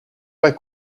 pas